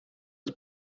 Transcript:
its